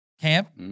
camp